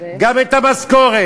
גם את המשכורת,